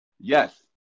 Yes